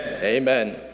Amen